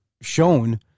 shown